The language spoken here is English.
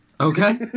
Okay